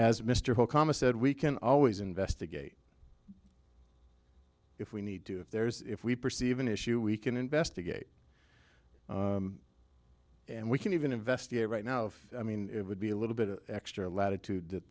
cama said we can always investigate if we need to if there's if we perceive an issue we can investigate and we can even investigate right now i mean it would be a little bit of extra latitude that